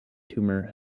tumor